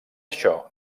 això